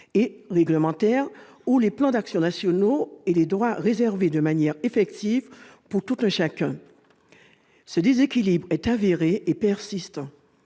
et réglementaires ou les plans d'action nationaux, et les droits réalisés de manière effective pour tout un chacun ». Ce déséquilibre est avéré et persistant